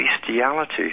bestiality